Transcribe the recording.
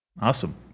Awesome